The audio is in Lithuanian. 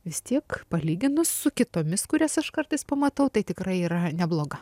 vis tiek palyginus su kitomis kurias aš kartais pamatau tai tikrai yra nebloga